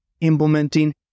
implementing